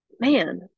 man